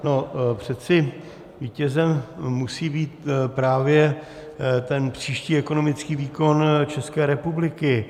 No, přece vítězem musí být právě ten příští ekonomický výkon České republiky.